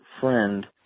Friend